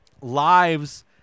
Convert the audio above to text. lives